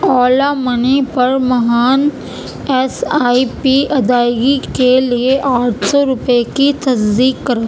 اولا money پر مہان S I P ادائیگی کے لیے آٹھ سو روپے کی تصدیق کرو